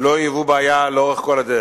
לא היוו בעיה לאורך כל הדרך.